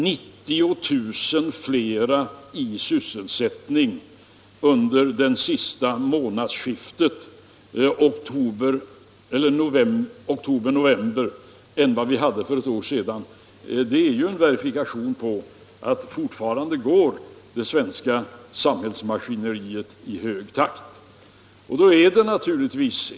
90 000 fler människor i sysselsättning under månadsskiftet oktober-november jämfört med för ett år sedan är ju en verifikation på att det svenska samhällsmaskineriet fortfarande går i hög takt.